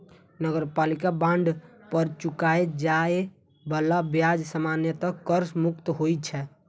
नगरपालिका बांड पर चुकाएल जाए बला ब्याज सामान्यतः कर मुक्त होइ छै